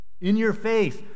in-your-face